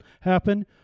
happen